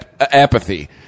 apathy